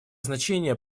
значение